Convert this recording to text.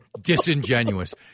disingenuous